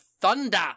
thunder